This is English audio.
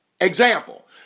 Example